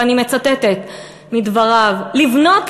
ואני מצטטת מדבריו: לבנות,